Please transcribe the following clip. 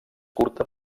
curta